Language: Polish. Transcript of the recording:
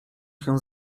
się